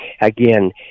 again